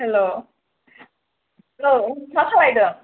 हेल' औ मा खालामदों